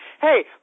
Hey